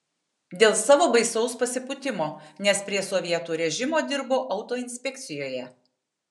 dėl savo baisaus pasipūtimo nes prie sovietų režimo dirbo autoinspekcijoje